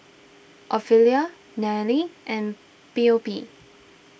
Ofelia Nannie and Phoebe